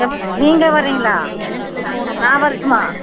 எப் நீங்கள் வரிங்களா நான் வரட்டுமா